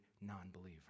non-believer